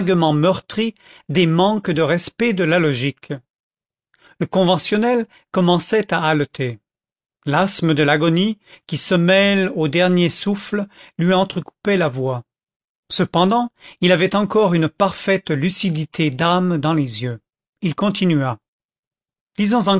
meurtris des manques de respect de la logique le conventionnel commençait à haleter l'asthme de l'agonie qui se mêle aux derniers souffles lui entrecoupait la voix cependant il avait encore une parfaite lucidité d'âme dans les yeux il continua disons